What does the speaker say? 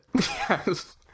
Yes